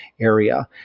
area